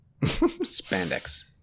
spandex